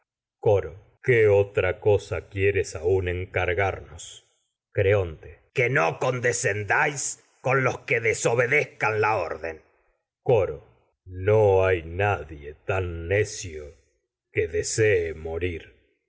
coro qué otra cosa quieres aún encargarnos los que des creonte que no condescendáis con obedezcan la coro orden no hay nadie tan necio que desee morir